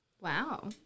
Wow